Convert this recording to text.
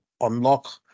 unlock